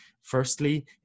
firstly